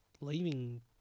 leaving